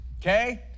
okay